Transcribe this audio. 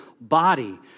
body